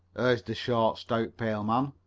urged the short, stout, pale man.